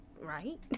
Right